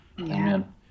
Amen